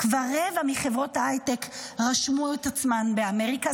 כבר רבע מחברות ההייטק רשמו את עצמן באמריקה,